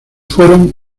fueron